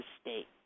state